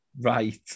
Right